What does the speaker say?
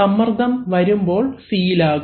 സമ്മർദ്ദം വരുമ്പോൾ സീൽ ആകും